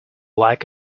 like